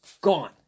Gone